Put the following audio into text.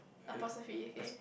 apostrophe okay